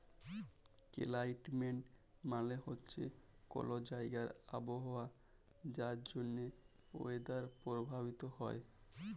climate মালে হছে কল জাইগার আবহাওয়া যার জ্যনহে ওয়েদার পরভাবিত হ্যয়